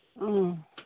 ꯑꯥ